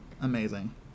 Amazing